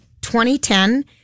2010